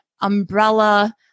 umbrella